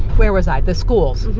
where was i? the schools,